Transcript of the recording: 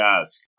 ask